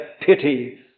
pity